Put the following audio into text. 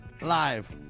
live